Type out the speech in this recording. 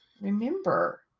remember